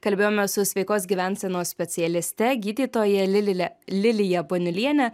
kalbėjomės su sveikos gyvensenos specialiste gydytoja lilile lilija ponelienė